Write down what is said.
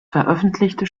veröffentlichte